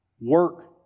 work